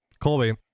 Colby